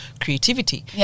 creativity